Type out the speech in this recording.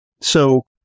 So-